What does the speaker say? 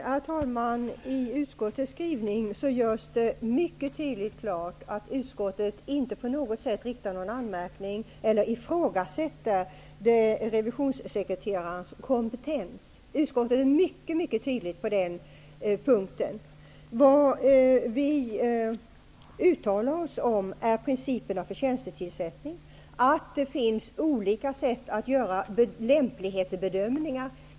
Herr talman! I utskottets skrivning görs det mycket klart att utskottet inte på något vis ifrågasätter revisionssekreterarens kompetens. Vad vi uttalar oss om är principerna för tjänstetillsättning, och vi pekar på att det finns olika sätt att göra lämplighetsbedömningar.